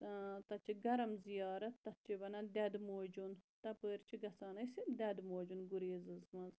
تَتہِ چھِ گرم زِیارَت تتھ چھِ وَنان دیٚدٕ موجُن تَپٲرۍ چھِ گَژھان أسۍ دیٚدٕ موجُن گُریزَس مَنٛز